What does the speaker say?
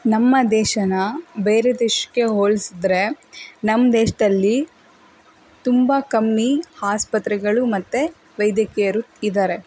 ನಮ್ಮ ದೇಶನ ಬೇರೆ ದೇಶಕ್ಕೆ ಹೋಲಿಸಿದ್ರೆ ನಮ್ಮ ದೇಶದಲ್ಲಿ ತುಂಬ ಕಮ್ಮಿ ಆಸ್ಪತ್ರೆಗಳು ಮತ್ತು ವೈದ್ಯಕೀಯರು ಇದ್ದಾರೆ